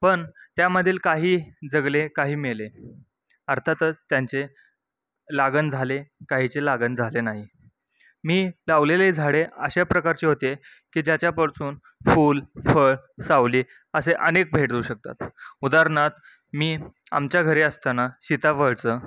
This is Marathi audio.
पण त्यामधील काही जगले काही मेले अर्थातच त्यांचे लागण झाले काहीचे लागण झाले नाही मी लावलेले झाडे अशा प्रकारचे होते की ज्याच्याकडसून फूल फळ सावली असे अनेक भेट देऊ शकतात उदाहरणार्थ मी आमच्या घरी असताना सीताफळचं